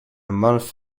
month